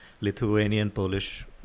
Lithuanian-Polish